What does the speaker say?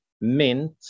mint